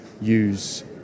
use